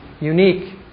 unique